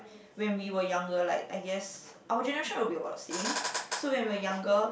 when we were younger like I guess our generation will be about the same so when we younger